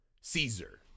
caesar